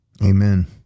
Amen